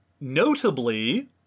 Notably